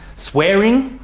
swearing.